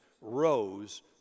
rose